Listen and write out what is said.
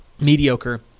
Mediocre